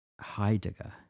Heidegger